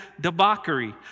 debauchery